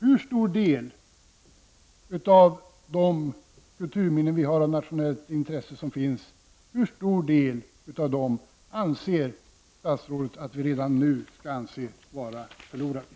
Hur stor del av de kulturminnen av nationellt intresse som vi har anser statsrådet redan i dag kan bedömas vara förlorade?